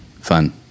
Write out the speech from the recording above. fun